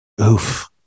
Oof